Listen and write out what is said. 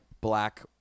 black